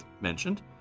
mentioned